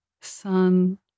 sun